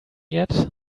yet